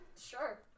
Sure